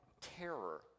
terror